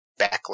backlash